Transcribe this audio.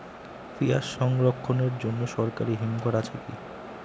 পিয়াজ সংরক্ষণের জন্য সরকারি হিমঘর আছে কি?